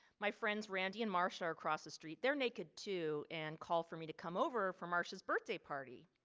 my friends randy and marsha across the street. they're naked too and call for me to come over for marsha's birthday party.